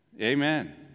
Amen